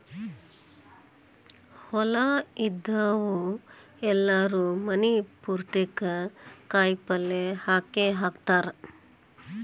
ಹೊಲಾ ಇದ್ದಾವ್ರು ಎಲ್ಲಾರೂ ಮನಿ ಪುರ್ತೇಕ ಕಾಯಪಲ್ಯ ಹಾಕೇಹಾಕತಾರ